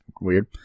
weird